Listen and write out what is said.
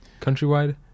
Countrywide